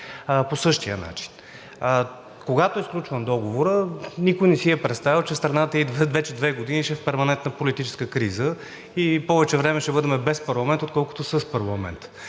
по същия начин. Когато е сключван договорът, никой не си е представял, че страната вече две години ще е в перманентна политическа криза и повече време ще бъдем без парламент, отколкото с парламент.